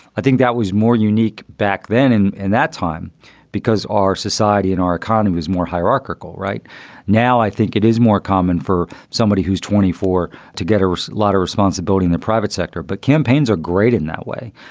i think that was more unique back then and and that time because our society and our economy was more hierarchical. right now, i think it is more common for somebody who's twenty four to get a lot of responsibility in the private sector. but campaigns are great in that way.